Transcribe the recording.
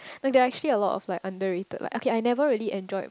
like there are actually a lot of like under rated okay I never really enjoyed